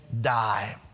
die